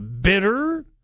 bitter